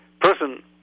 person